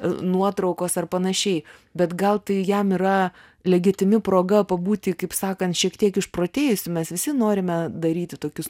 nuotraukos ar panašiai bet gal tai jam yra legitimi proga pabūti kaip sakant šiek tiek išprotėjusiu mes visi norime daryti tokius